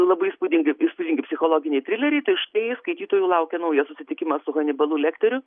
labai įspūdingai įspūdingi psichologiniai trileriai tai štai skaitytojų laukia naujas susitikimas su hanibalu lekteriu